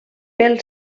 pel